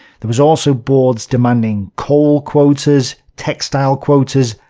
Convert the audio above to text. there was also boards demanding coal quotas, textile quotas,